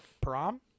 prom